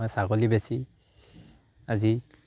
মই ছাগলী বেছি আজি